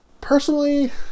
Personally